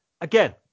again